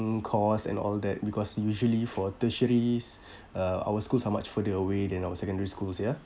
cost and all that because usually for tertiarys uh our schools are much further away than our secondary schools ya